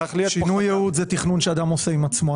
שינוי יעוד זה תכנון שאדם עושה עם עצמו.